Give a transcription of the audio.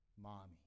mommy